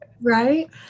Right